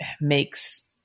makes